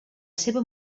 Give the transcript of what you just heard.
seva